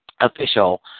official